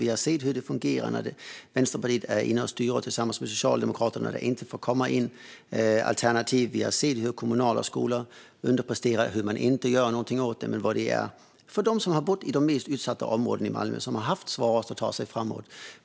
Vi har sett hur det fungerar när Vänsterpartiet är inne och styr tillsammans med Socialdemokraterna och det inte får komma in alternativ. Vi har sett hur kommunala skolor underpresterar och hur man inte gör någonting åt det. Vi har sett vad det gör för dem som bor i de mest utsatta områdena i Malmö och som haft svårast att ta sig fram.